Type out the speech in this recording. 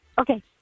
Okay